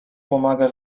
pomaga